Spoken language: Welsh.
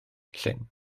llyn